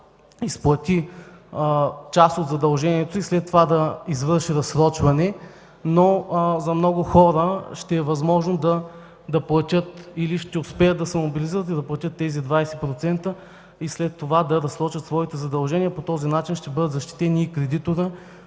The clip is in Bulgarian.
изплати част от задължението и след това да извърши разсрочване, но за много хора ще е възможно да платят, или ще успеят да се мобилизират и да платят тези 20% и след това да разсрочат своите задължения. По този начин ще бъдат защитени и кредиторът,